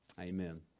amen